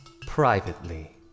privately